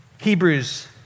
Hebrews